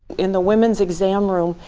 in the women's exam room,